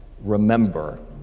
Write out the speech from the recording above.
remember